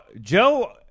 joe